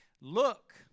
Look